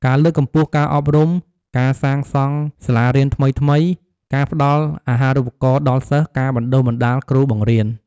ការលើកកម្ពស់ការអប់រំ ការសាងសង់សាលារៀនថ្មីៗ ការផ្ដល់អាហារូបករណ៍ដល់សិស្ស ការបណ្ដុះបណ្ដាលគ្រូបង្រៀន។